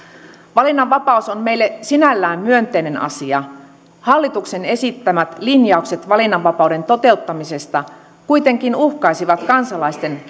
valinnanvapaus on meille sinällään myönteinen asia hallituksen esittämät linjaukset valinnanvapauden toteuttamisesta kuitenkin uhkaisivat kansalaisten